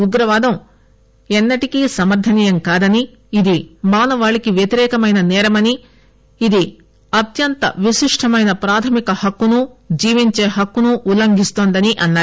ఉగ్రవాదం ఎన్నటికీ సమర్దనీయం కాదని ఇది మానవాళికి వ్యతిరేకమైన సేరమని ఇది అత్యంత విశిష్టమైన ప్రాథమిక హక్కును జీవించే హక్కును ఉల్లంఘిస్తుందని అన్నారు